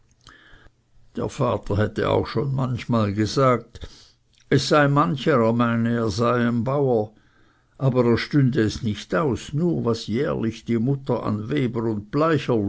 der vater hätte aber auch schon manchmal gesagt es sei mancher er meine er sei ein bauer aber er gstiengs nicht aus nur was jährlich die mutter an weber und